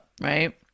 right